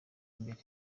imbere